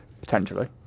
Potentially